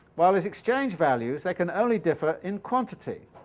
while as exchange-values they can only differ in quantity,